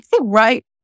Right